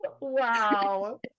wow